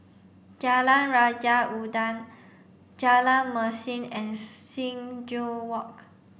jalan Raja Udang Jalan Mesin and Sing Joo Walk